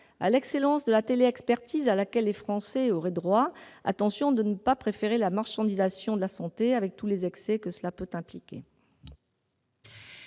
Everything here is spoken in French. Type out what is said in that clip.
à l'excellence de la téléexpertise à laquelle les Français auraient droit, la marchandisation de la santé, avec tous les excès que cela peut impliquer